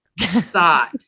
thought